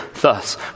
Thus